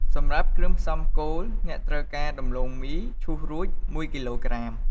សម្រាប់គ្រឿងផ្សំគោល អ្នកត្រូវការ ដំឡូងមីឈូសរួច ១ គីឡូក្រាម។